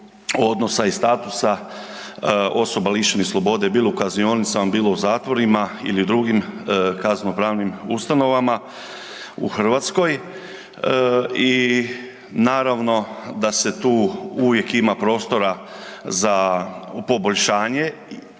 odnosa i statusa osoba lišenih slobode bilo u kaznionicama, bilo u zatvorima ili drugim kazneno-pravnim ustanovama u Hrvatskoj i naravno da se tu uvijek ima prostora za poboljšanje.